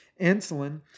insulin